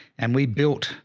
and we built